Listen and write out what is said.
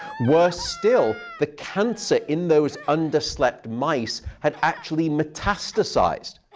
worse still, the cancer in those under-slept mice had actually metastasized.